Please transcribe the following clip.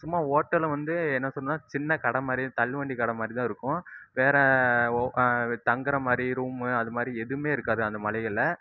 சும்மா ஹோட்டல வந்து என்ன சொல்லணும்னா சின்ன கடை மாதிரியும் தள்ளுவண்டி கடை மாதிரிதான் இருக்கும் வேற தங்குறமாதிரி ரூம் அதுமாதிரி எதுவுமே இருக்காது அந்த மலைகள்ல